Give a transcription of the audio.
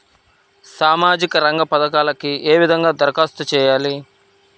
సామాజిక రంగ పథకాలకీ ఏ విధంగా ధరఖాస్తు చేయాలి?